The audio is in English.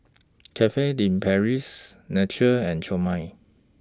Cafe De Paris Naturel and Chomel